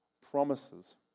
promises